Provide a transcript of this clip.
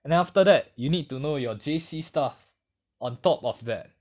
and after that you need to know your J_C stuff on top of that